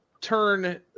turn